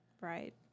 Right